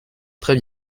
très